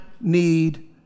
need